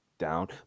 down